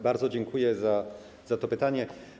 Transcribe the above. Bardzo dziękuję za to pytanie.